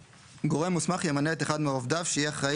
(ב)גורם מוסמך ימנה את אחד מעובדיו שיהיה אחראי